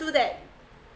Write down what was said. do that